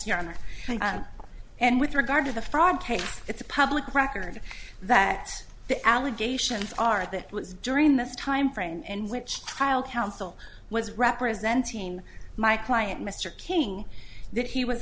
your honor and with regard to the fraud case it's a public record that the allegations are that it was during this time frame in which trial counsel was representing my client mr king that he was